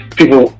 people